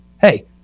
hey